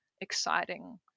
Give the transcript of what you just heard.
exciting